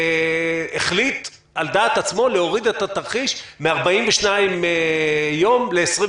החליט על דעת עצמו להוריד את התרחיש מ-42 יום ל-28